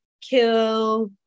kill